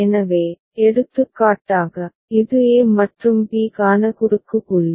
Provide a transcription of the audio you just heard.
எனவே எடுத்துக்காட்டாக இது a மற்றும் b க்கான குறுக்கு புள்ளி